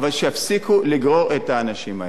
אבל שיפסיקו לגרור את האנשים האלה.